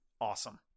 Awesome